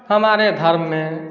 हमारे धर्म में